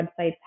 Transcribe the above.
websites